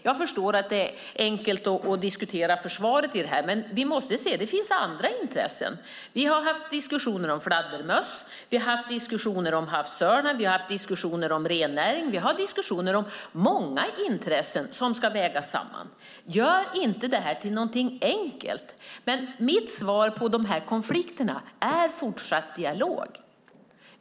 Jag förstår att det är enkelt att diskutera försvarets intresse i detta, men det finns andra intressen. Vi har haft diskussioner om fladdermöss, havsörnar och rennäring. Vi har haft diskussioner om många intressen som ska vägas samman. Gör inte detta till något enkelt! Mitt svar på konflikterna är fortsatt dialog.